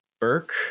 Burke